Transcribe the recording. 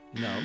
No